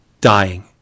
dying